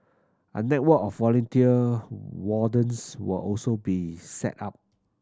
a network of volunteer wardens will also be set up